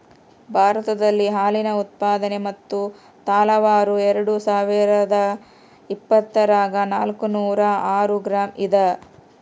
ಭಾರತದಲ್ಲಿ ಹಾಲಿನ ಉತ್ಪಾದನೆ ಮತ್ತು ತಲಾವಾರು ಎರೆಡುಸಾವಿರಾದ ಇಪ್ಪತ್ತರಾಗ ನಾಲ್ಕುನೂರ ಆರು ಗ್ರಾಂ ಇದ